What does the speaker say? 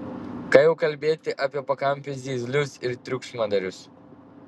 ką jau kalbėti apie pakampių zyzlius ir triukšmadarius